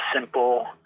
simple